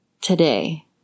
today